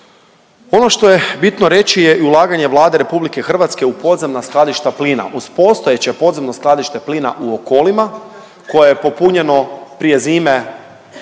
Ono što je bitno reći je i ulaganje Vlade RH u podzemna skladišta plina. Uz postojeće podzemno skladište plina u Okolima koje je popunjeno prije zime na